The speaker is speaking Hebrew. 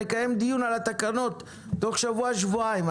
נקיים דיון על התקנות תוך שבוע שבועיים.